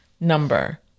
number